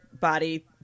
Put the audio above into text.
body